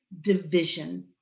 division